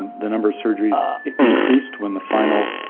the number of surgeries increased when the final